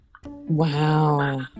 Wow